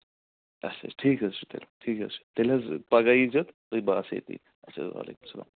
اَچھا حظ ٹھیٖک حظ چھُ تیٚلہِ ٹھیٖک حظ چھُ تیٚلہِ حظ پَگاہ ییٖزیو تہٕ بہٕ آسہٕ ییٚتی اچھا وعلیکُم السلام